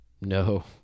No